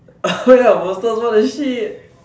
what the shit